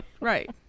Right